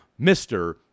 mr